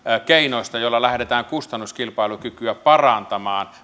keinoista joilla lähdetään kustannuskilpailukykyä parantamaan